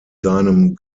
seinem